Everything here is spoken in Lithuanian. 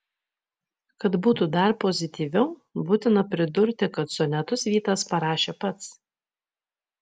kad būtų dar pozityviau būtina pridurti kad sonetus vytas parašė pats